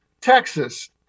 Texas